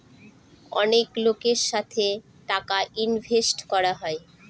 অনেক লোকের সাথে টাকা ইনভেস্ট করা হয়